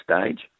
stage